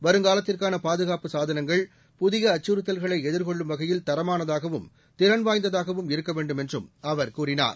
வருங்காலத்திற்கான பாதுகாப்பு சாதனங்கள் புதிய அச்சுறுத்தல்களை எதிர்கொள்ளும் வகையில் தரமானதாகவும் திறன் வாய்ந்ததாகவும் இருக்க வேண்டும் என்றும் அவர் கூறினார்